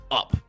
up